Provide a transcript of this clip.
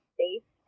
safe